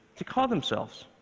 to call themselves.